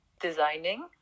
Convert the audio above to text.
designing